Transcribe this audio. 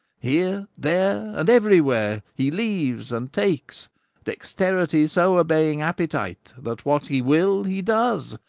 here, there, and everywhere, he leaves and takes dexterity so obeying appetite that what he will he does,